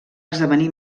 esdevenir